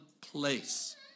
place